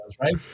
right